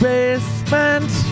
Basement